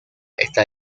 está